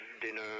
dinner